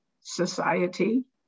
society